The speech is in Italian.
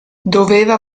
doveva